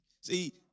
See